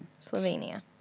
Slovenia